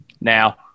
Now